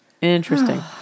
Interesting